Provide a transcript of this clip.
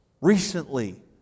Recently